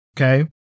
Okay